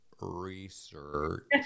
research